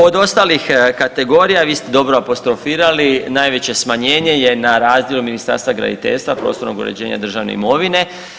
Od ostalih kategorija vi ste dobro apostrofirali, najveće smanjenje je na razdjelu Ministarstva graditeljstva, prostornog uređenja i državne imovine.